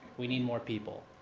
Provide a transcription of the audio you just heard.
we need more people.